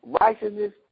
Righteousness